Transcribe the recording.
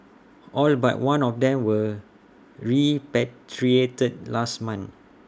all but one of them were repatriated last month